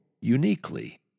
uniquely